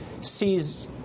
sees